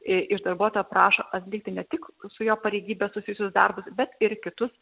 iš darbuotojo prašo atlikti ne tik su jo pareigybe susijusius darbus bet ir kitus